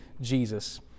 Jesus